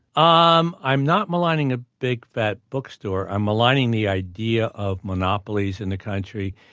um i'm not maligning a big, fat bookstore. i'm maligning the idea of monopolies in the country.